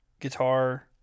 guitar